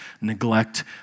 neglect